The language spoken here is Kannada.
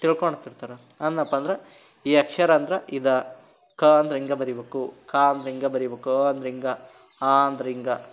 ತಿಳ್ಕೊಳ್ತಿರ್ತಾರೆ ಅಂದೆನಪ್ಪ ಅಂದ್ರೆ ಈ ಅಕ್ಷರ ಅಂದ್ರೆ ಇದು ಕ ಅಂದ್ರೆ ಹೀಗೆ ಬರಿಬೇಕು ಕಾ ಅಂದ್ರೆ ಹೀಗೆ ಬರಿಬೇಕು ಅ ಅಂದ್ರೆ ಹೀಗೆ ಆ ಅಂದ್ರೆ ಹೀಗೆ